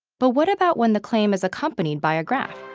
but what about when the claim is accompanied by a graph?